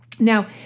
Now